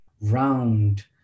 round